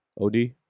OD